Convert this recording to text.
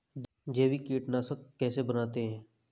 जैविक कीटनाशक कैसे बनाते हैं?